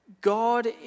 God